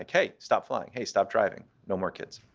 like hey, stop flying. hey, stop driving. no more kids.